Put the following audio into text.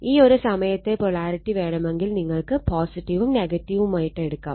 ഈ ഒരു സമയത്തെ പൊളാരിറ്റി വേണമെങ്കിൽ നിങ്ങൾക്ക് ഉം ഉം എടുക്കാം